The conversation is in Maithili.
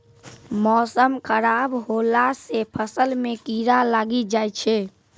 मौसम खराब हौला से फ़सल मे कीड़ा लागी जाय छै?